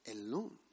alone